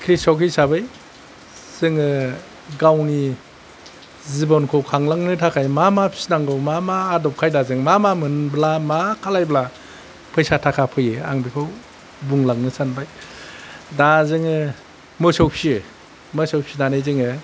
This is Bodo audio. कृसक हिसाबै जोङो गावनि जिबनखौ खुंलांनो थाखाय मा मा फिसिनांगौ मा मा आदब खायदाजों मा मा मोनब्ला मा खालामब्ला फैसा थाखा फैयो आं बेखौ बुंलांनो सानबाय दा जोङो मोसौ फिसियो मोसौ फिसिनानै जोङो